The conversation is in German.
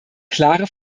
klare